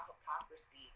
hypocrisy